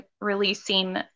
releasing